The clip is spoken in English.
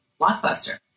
Blockbuster